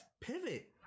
pivot